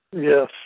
Yes